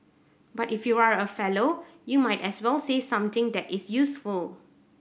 but if you are a fellow you might as well say something that is useful